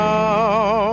Now